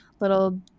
little